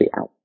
out